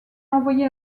envoyé